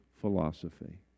philosophy